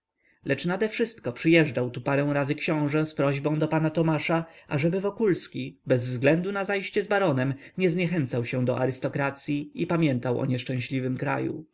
lecz nadewszystko przyjeżdżał tu parę razy książe z prośbą do pana tomasza ażeby wokulski bez względu na zajście z baronem nie zniechęcał się do arystokracyi i pamiętał o nieszczęśliwym kraju